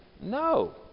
No